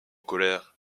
colère